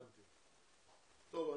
טוב.